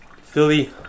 Philly